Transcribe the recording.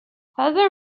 father